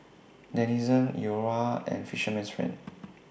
Denizen Iora and Fisherman's Friend